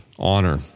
Honor